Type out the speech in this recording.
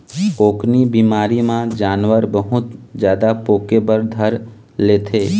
पोकनी बिमारी म जानवर बहुत जादा पोके बर धर लेथे